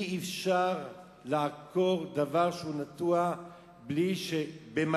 אי-אפשר לעקור דבר שהוא נטוע בלי לתת